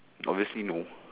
obviously no